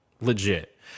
legit